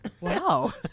Wow